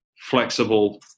flexible